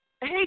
hey